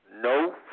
No